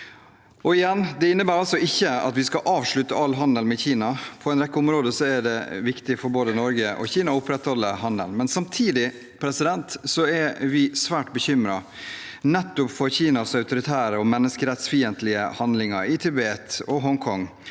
Det innebærer altså ikke at vi skal avslutte all handel med Kina. På en rekke områder er det viktig for både Norge og Kina å opprettholde handelen. Men samtidig er vi svært bekymret nettopp for Kinas autoritære og menneskerettsfiendtlige handlinger i Tibet og i Hongkong,